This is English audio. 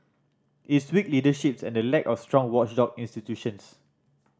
it's weak leaderships and the lack of strong watchdog institutions